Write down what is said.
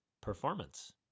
performance